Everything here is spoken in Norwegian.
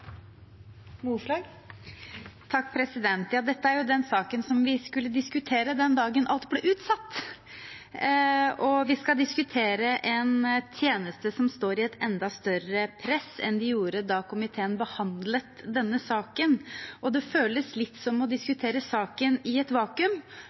den saken vi skulle diskutere den dagen alt ble utsatt. Vi skal diskutere en tjeneste som står i et enda større press enn den gjorde da komiteen behandlet denne saken. Det føles litt som å